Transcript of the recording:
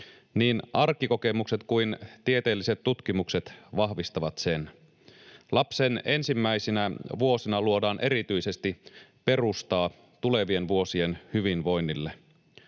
niin arkikokemukset kuin tieteelliset tutkimukset vahvistavat sen. Erityisesti lapsen ensimmäisinä vuosina luodaan perustaa tulevien vuosien hyvinvoinnille.